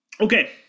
Okay